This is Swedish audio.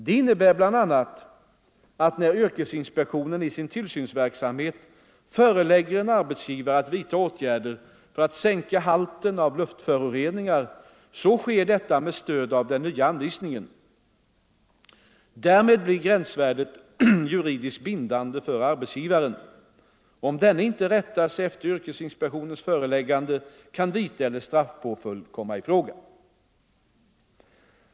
Det innebär bl.a. att när yrkesinspektionen i sin tillsynsverksamhet förelägger en arbetsgivare att vidta åtgärder för att sänka halten av luftföroreningar så sker detta med stöd av den nya anvisningen. Därmed blir gränsvärdet juridiskt bindande för arbetsgivaren. Om denne inte rättar sig efter yrkesinspektionens föreläggande kan vite eller straffpåföljd komma i fråga.